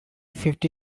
fifty